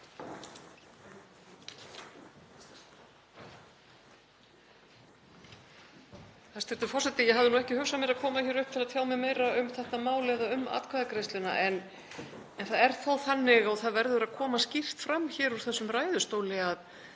Hæstv. forseti. Ég hafði ekki hugsað mér að koma hingað upp til að tjá mig meira um þetta mál eða um atkvæðagreiðsluna, en þó er það þannig, og verður að koma skýrt fram úr þessum ræðustóli, að